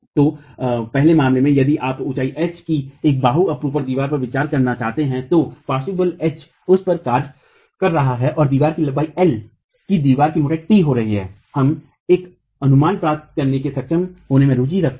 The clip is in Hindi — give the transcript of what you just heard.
तो पहले मामले में यदि आप ऊँचाई h की एक बाहू अपरूपण दीवार पर विचार करना चाहते हैं तो पार्श्व बल H उस पर कार्य कर रहा है और दीवार की लंबाई L की दीवार की मोटाई T हो रही है हम एक अनुमान प्राप्त करने में सक्षम होने में रुचि रखते हैं